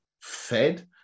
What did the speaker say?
fed